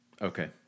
Okay